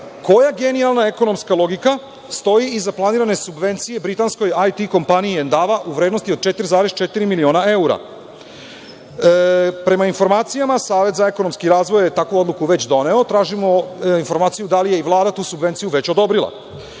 koja genijalna ekonomska logika stoji iza planirane subvencije britanskoj IT kompaniji „Endava“ u vrednosti od 4,4 miliona evra? Prema informacijama, Savet za ekonomski razvoj je takvu odluku već doneo. Tražimo informaciju da li je i Vlada tu subvenciju već odobrila